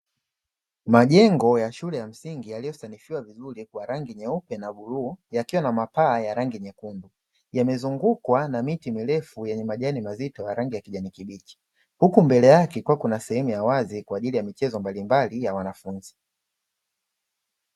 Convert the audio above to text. Majengo ya shule ya msingi yaliyosanifiwa vizuri kwa rangi nyeupe na bluu yakiwa na mapaa ya rangi nyekundu. Yamezungukwa na miti mirefu yenye majani mazito ya rangi ya kijani kibichi, huku mbele yake kukiwa na sehemu ya wazi kwa ajili ya michezo mbalimbali ya wanafunzi.